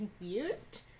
confused